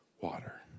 water